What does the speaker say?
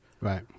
Right